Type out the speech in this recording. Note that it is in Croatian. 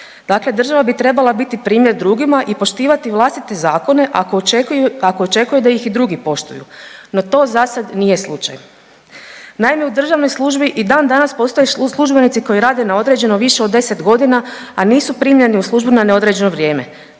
Dakle, država bi trebala biti primjer drugima i poštivati vlastite zakone ako očekuje da ih i drugi poštuju, no to zasad nije slučaj. Naime, u državnoj službi i dandanas postoje službenici koji rade na određeno više od 10 godina, a nisu primljeni u službu na neodređeno vrijeme.